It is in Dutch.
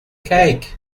kijk